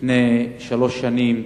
לפני שלוש שנים